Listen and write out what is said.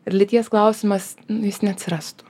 lyties klausimas nu jis neatsirastų